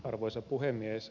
arvoisa puhemies